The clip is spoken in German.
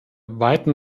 weiten